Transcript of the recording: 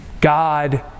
God